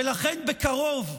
ולכן בקרוב,